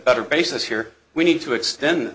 better basis here we need to extend